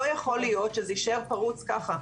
לא יכול להיות שזה יישאר הפרוץ ככה.